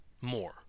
more